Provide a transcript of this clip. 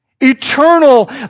Eternal